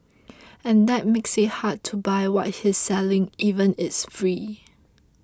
and that makes it hard to buy what he's selling even it's free